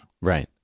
Right